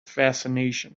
fascination